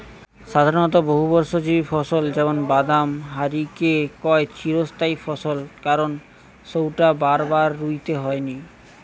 সাধারণত বহুবর্ষজীবী ফসল যেমন বাদাম হারিকে কয় চিরস্থায়ী ফসল কারণ সউটা বারবার রুইতে হয়নি